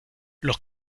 los